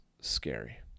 scary